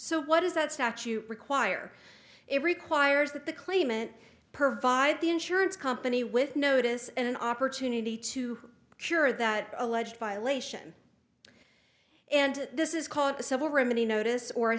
so what does that statute require it requires that the claimant per vied the insurance company with notice and an opportunity to cure that alleged violation and this is called a civil remedy notice or